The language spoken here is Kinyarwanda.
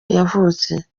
yavutse